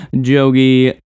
Jogi